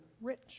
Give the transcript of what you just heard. rich